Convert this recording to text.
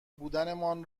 بودنمان